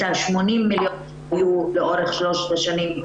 את ה-80 מיליון יהיו לאורך שלושת השנים,